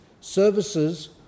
services